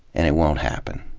and it won't happen.